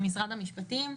עם משרד המשפטים,